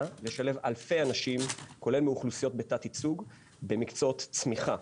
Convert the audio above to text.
לשלב אלפי אנשים כולל מאוכלוסיות בתת ייצוג במקצועות צמיחה.